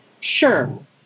Sure